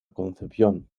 concepción